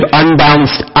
unbalanced